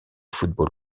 football